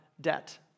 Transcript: debt